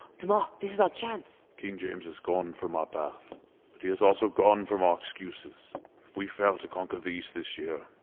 demar! this is our chance! king james is gone from our path, but he is also gone from our excuses. if we fail to conquer the east this year,